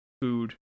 food